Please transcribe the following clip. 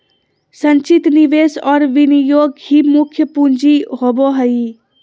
संचित निवेश और विनियोग ही मुख्य पूँजी होबो हइ